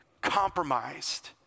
compromised